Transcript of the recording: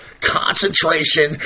concentration